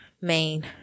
main